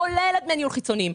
כולל דמי הניהול החיצוניים,